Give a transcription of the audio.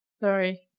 Sorry